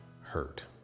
hurt